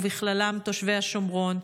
ובכללם תושבי השומרון,